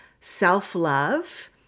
self-love